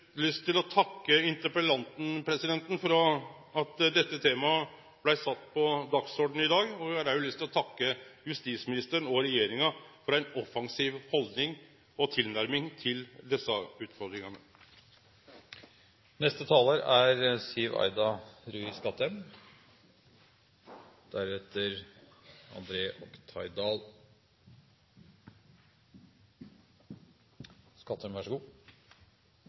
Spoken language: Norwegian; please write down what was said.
lyst til å takke interpellanten for at dette temaet blei sett på dagsordenen i dag, og eg har òg lyst til å takke justisministeren og regjeringa for ei offensiv haldning og tilnærming til desse utfordringane. Jeg takker interpellanten for at hun løfter opp temaet vold i nære relasjoner. Det er